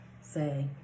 Say